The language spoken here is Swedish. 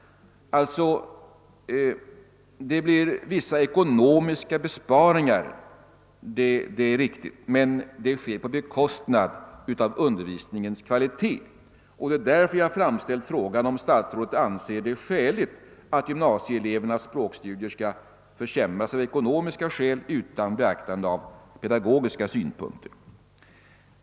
Det blir visserligen vissa ekonomiska besparingar, men det sker på bekostnad av undervisningens kvalitet. Därför har jag ställt frågan, om statsrådet anser det skäligt att gymnasieelevernas språkstudier skall försämras av ekonomiska skäl utan beaktande av pedagogiska synpunkter.